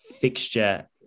fixture